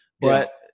But-